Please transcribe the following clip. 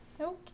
Okay